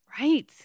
Right